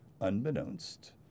unbeknownst